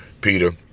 Peter